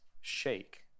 shake